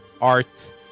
art